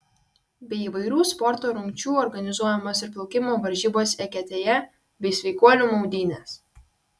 be įvairių sporto rungčių organizuojamos ir plaukimo varžybos eketėje bei sveikuolių maudynės